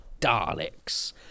Daleks